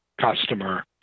customer